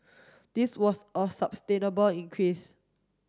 this was a increase